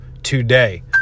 today